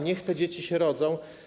Niech te dzieci się rodzą.